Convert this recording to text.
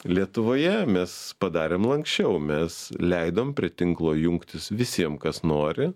lietuvoje mes padarėm lanksčiau mes leidom prie tinklo jungtis visiem kas nori